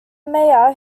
mayor